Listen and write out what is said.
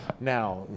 now